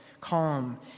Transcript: calm